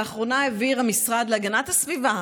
לאחרונה העביר המשרד להגנת הסביבה,